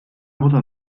boda